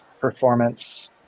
performance